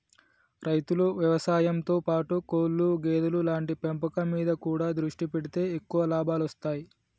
రైతులు వ్యవసాయం తో పాటు కోళ్లు గేదెలు లాంటి పెంపకం మీద కూడా దృష్టి పెడితే ఎక్కువ లాభాలొస్తాయ్